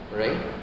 right